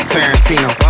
Tarantino